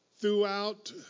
throughout